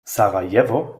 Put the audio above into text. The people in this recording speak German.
sarajevo